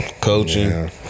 coaching